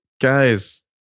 guys